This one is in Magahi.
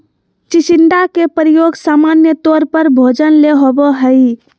चिचिण्डा के प्रयोग सामान्य तौर पर भोजन ले होबो हइ